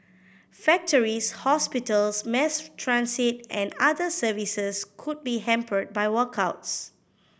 factories hospitals mass transit and other services could be hampered by walkouts